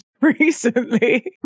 recently